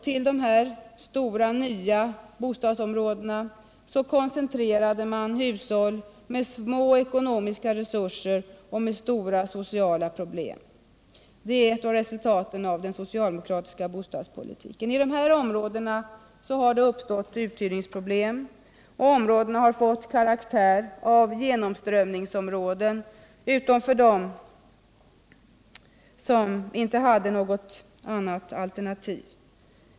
Till de stora nya bostadsområdena koncentrerades hushåll med små ekonomiska resurser och stora sociala problem. Detta är således resultatet av den socialdemokratiska bostadspolitiken. I de här områdena har det uppstått uthyrningsproblem. Områdena har fått karaktär av genomströmningsområden utom för de människor som inte har något annat alternativ.